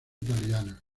italiana